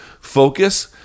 focus